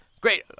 Great